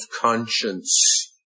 conscience